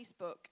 Facebook